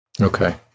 Okay